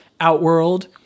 Outworld